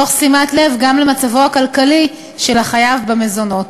תוך שימת לב גם למצבו הכלכלי של החייב במזונות.